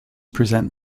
present